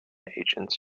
agents